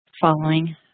following